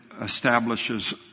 establishes